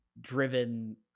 driven